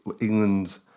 England